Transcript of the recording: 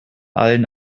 allen